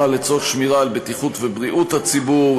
לצורך שמירה על בטיחות ובריאות הציבור.